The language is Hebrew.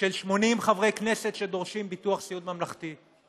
של 80 חברי כנסת שדורשים ביטוח סיעוד ממלכתי.